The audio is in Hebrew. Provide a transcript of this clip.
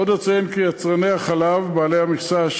עוד אציין כי יצרני החלב בעלי המכסה,